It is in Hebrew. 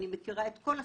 אני מכירה את כל הסוגיות.